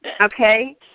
Okay